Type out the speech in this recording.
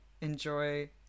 enjoy